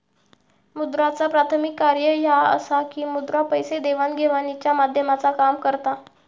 मुद्राचा प्राथमिक कार्य ह्या असा की मुद्रा पैसे देवाण घेवाणीच्या माध्यमाचा काम करता